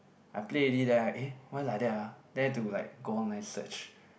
I play already then I eh why like that ah then I had to like go online search